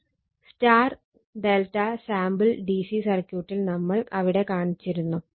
Y ∆ sample DC സർക്യൂട്ടിൽ നമ്മൾ അവിടെ കാണിച്ചിരുന്നു